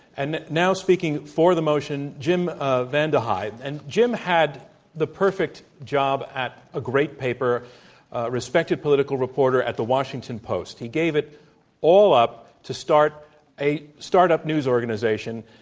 and now speaking for the motion, jim ah vandehei, and jim had the perfect job at a great paper, a respected political reporter at the washington post, he gave it all up, to start a start-up news organization.